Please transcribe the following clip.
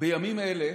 בימים אלה